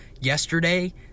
yesterday